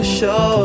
show